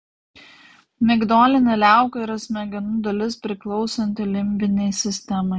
migdolinė liauka yra smegenų dalis priklausanti limbinei sistemai